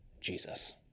Jesus